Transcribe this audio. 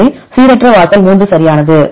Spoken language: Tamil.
எனவே சீரற்ற வாசல் 3 சரியானது